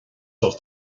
ucht